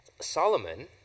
Solomon